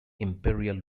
imperial